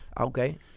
Okay